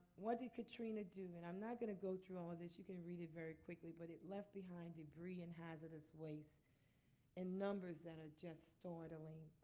what did katrina do? and i'm not going to go through all of this. you can read it very quickly. but it left behind debris and hazardous waste in numbers that are just startling